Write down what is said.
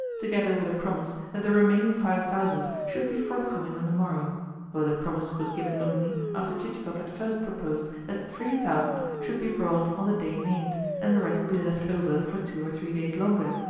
together with a promise that the remaining five thousand should be forthcoming on the morrow though the promise was given only after chichikov had first proposed that three thousand should be brought on the day named, and the rest be left over for two or three days longer,